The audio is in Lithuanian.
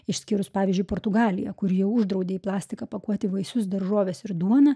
išskyrus pavyzdžiui portugaliją kur jau uždraudė į plastiką pakuoti vaisius daržoves ir duoną